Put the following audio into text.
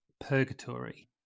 purgatory